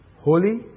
holy